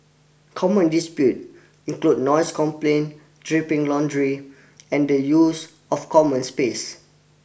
common dispute include noise complaint dripping laundry and the use of common space